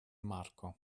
marco